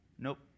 Nope